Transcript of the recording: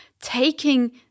taking